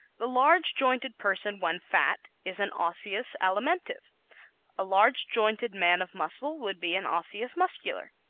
the large-jointed person when fat is an osseous-alimentive. a large-jointed man of muscle would be an osseous-muscular.